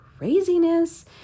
craziness